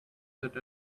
that